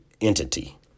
entity